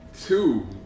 Two